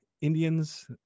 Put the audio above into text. Indians